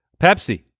Pepsi